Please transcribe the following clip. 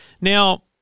Now